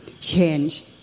change